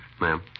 Ma'am